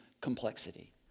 complexity